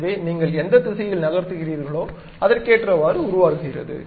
எனவே நீங்கள் எந்த திசையில் நகர்த்துகிறீர்களோ அதற்கேற்றவாறு உருவாகுகிறது